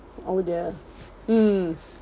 oh dear mm